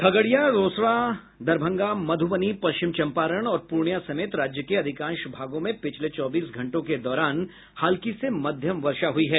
खगड़िया रोसड़ा दरभंगा मध्रबनी पश्चिम चम्पारण और पूर्णियां समेत राज्य के अधिकांश भागों में पिछले चौबीस घंटों के दौरान हल्की से मध्यम वर्षा हुई है